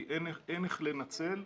כי אין איך לנצל.